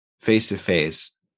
face-to-face